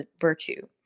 virtue